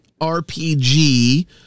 RPG